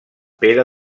pere